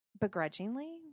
begrudgingly